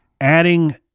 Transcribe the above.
Adding